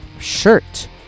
shirt